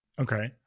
okay